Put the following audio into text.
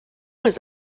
was